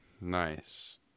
Nice